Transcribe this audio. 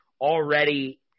already